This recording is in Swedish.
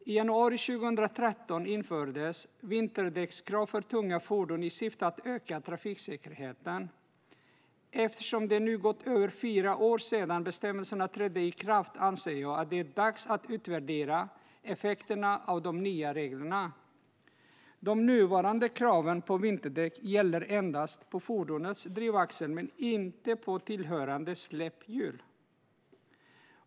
I januari 2013 införde man vinterdäckskrav för tunga fordon i syfte att öka trafiksäkerheten. Eftersom det nu gått över fyra år sedan bestämmelserna trädde i kraft anser jag att det är dags att utvärdera effekterna av de nya reglerna. De nuvarande kraven på vinterdäck gäller endast på fordonets drivaxel men inte på tillhörande släps hjul.